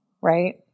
right